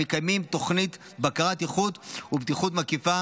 המקיימים תוכנית בקרת איכות ובטיחות מקיפה